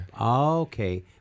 Okay